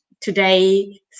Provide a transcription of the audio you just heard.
today